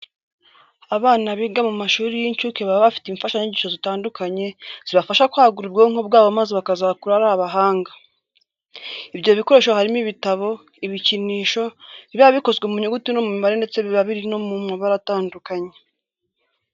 Abana biga mu mashuri y'incuke baba bafite imfashanyigisho zitandukanye, zibafasha kwagura ubwonko bwabo maze bakazakura ari abahanga. Ibyo bikoresho harimo ibitabo, ibikinisho biba bikozwe mu nyuguti no mu mibare ndetse biba biri no mu mabara atandukanye.